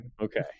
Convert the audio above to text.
Okay